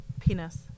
Penis